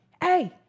hey